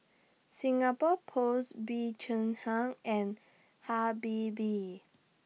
Singapore Post Bee Cheng Hiang and Habibie